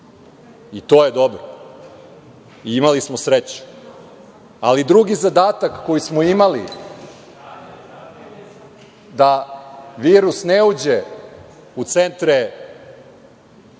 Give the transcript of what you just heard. i to je dobro. Imali smo sreću. Ali, drugi zadatak koji smo imali jeste da virus ne uđe u centre za